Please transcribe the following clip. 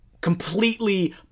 completely